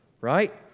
right